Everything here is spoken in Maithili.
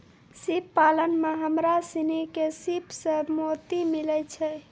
सिप पालन में हमरा सिनी के सिप सें मोती मिलय छै